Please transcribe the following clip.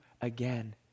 again